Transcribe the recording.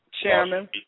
Chairman